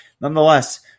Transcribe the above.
nonetheless